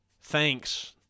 Thanks